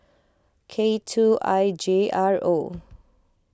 K two I J R O